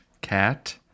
cat